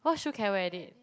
what shoe can I wear with it